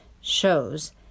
shows